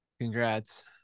Congrats